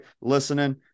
listening